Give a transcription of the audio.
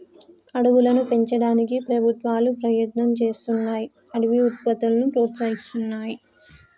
అడవులను పెంచడానికి ప్రభుత్వాలు ప్రయత్నం చేస్తున్నాయ్ అడవి ఉత్పత్తులను ప్రోత్సహిస్తున్నాయి